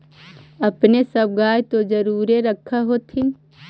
अपने सब गाय तो जरुरे रख होत्थिन?